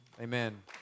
amen